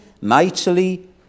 mightily